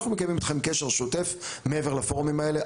אנחנו מקיימים איתכם קשר שוטף מעבר לפורומים האלה,